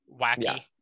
wacky